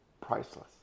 priceless